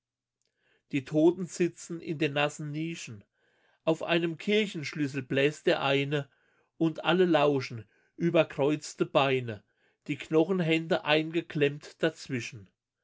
die toten sitzen in den nassen nischen auf einem kirchenschlüssel bläst der eine und alle lauschen überkreuzte beine die knochenhände eingeklemmt dazwischen